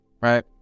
right